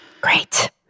Great